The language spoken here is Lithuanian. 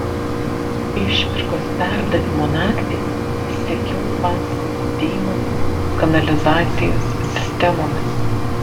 išpirkos perdavimo naktį sekiau paskui deimantus kanalizacijos sistemomis